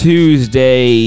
Tuesday